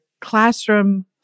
classroom